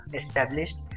established